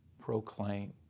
proclaim